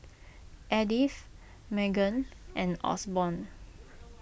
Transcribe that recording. Edith Meghann and Osborne